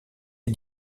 les